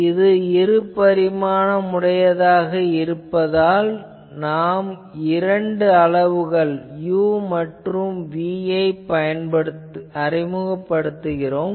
இது இரு பரிமாணம் உடையதாக இருப்பதால் நாம் இரண்டு அளவுகள் u மற்றும் v யை அறிமுகப்படுத்துவோம்